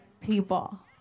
people